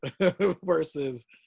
versus